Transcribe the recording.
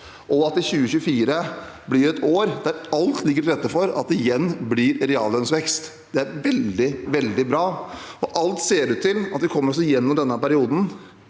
og at 2024 blir et år der alt ligger til rette for at det igjen blir reallønnsvekst. Det er veldig, veldig bra. Alt ser ut til at vi kommer oss igjennom denne perioden